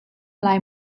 lai